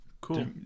Cool